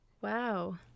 Wow